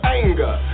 anger